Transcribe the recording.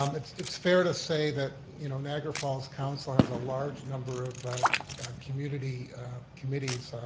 um it's it's fair to say that you know niagara falls council has a large number of community committees.